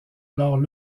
alors